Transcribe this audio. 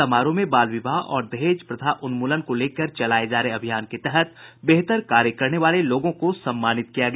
समारोह में बाल विवाह और दहेज प्रथा उन्मूलन को लेकर चलाये जा रहे अभियान के तहत बेहतर कार्य करने वाले लोगों को सम्मानित किया गया